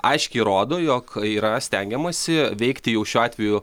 aiškiai rodo jog yra stengiamasi veikti jau šiuo atveju